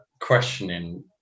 questioning